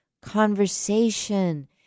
conversation